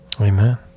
Amen